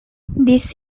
this